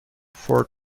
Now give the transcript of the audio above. for